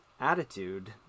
attitude